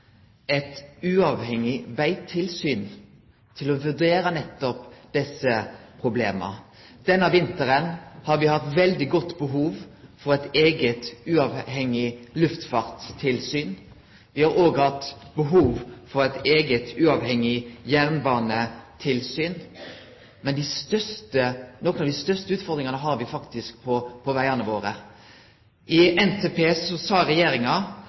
eit uavhengig vegtilsyn for å vurdere nettopp desse problema? Denne vinteren har me hatt veldig stort behov for eit eige, uavhengig luftfartstilsyn. Me har òg hatt behov for eit eige, uavhengig jernbanetilsyn. Men nokre av dei største utfordringane har me faktisk når det gjeld vegane våre. I NTP sa Regjeringa